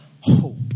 hope